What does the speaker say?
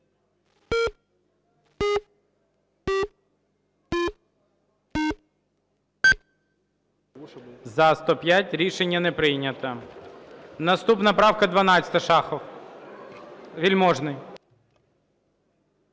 За-105 Рішення не прийнято. Наступна правка 12, Шахов. Вельможний.